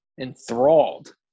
enthralled